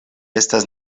estas